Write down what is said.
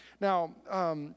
now